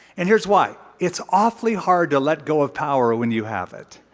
and here's why. it's awfully hard to let go of power when you have it.